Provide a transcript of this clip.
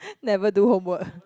never do homework